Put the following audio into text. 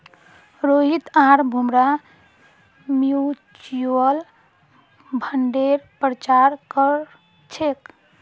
रोहित आर भूमरा म्यूच्यूअल फंडेर प्रचार कर छेक